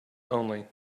only